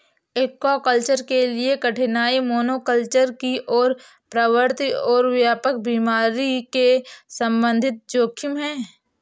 aquaculture के लिए कठिनाई मोनोकल्चर की ओर प्रवृत्ति और व्यापक बीमारी के संबंधित जोखिम है